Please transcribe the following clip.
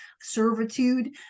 servitude